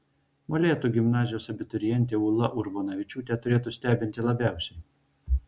molėtų gimnazijos abiturientė ūla urbonavičiūtė turėtų stebinti labiausiai